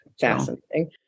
Fascinating